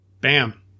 Bam